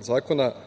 zakona –